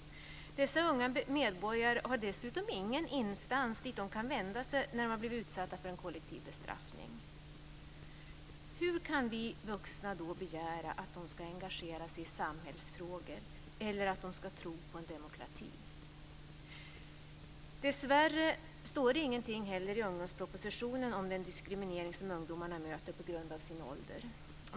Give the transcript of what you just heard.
Dessa unga medborgare har dessutom ingen instans dit de kan vända sig när de har blivit utsatta för en kollektiv bestraffning. Hur kan vi vuxna då begära att de ska engagera sig i samhällsfrågor eller tro på demokrati? Dessvärre står det ingenting i ungdomspropositionen om den diskriminering som ungdomarna möter på grund av sin ålder.